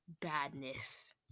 badness